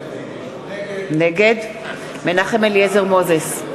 נגד מנחם אליעזר מוזס,